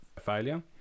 failure